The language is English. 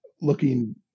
looking